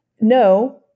No